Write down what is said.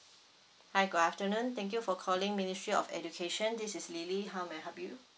hi good afternoon thank you for calling ministry of education this is lily how may I help you